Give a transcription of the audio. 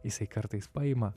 jisai kartais paima